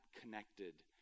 connected